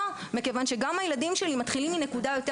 כי גם הילדים שלי מתחילים מנקודה יותר